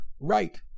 right